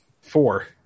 Four